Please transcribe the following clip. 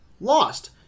Lost